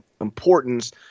importance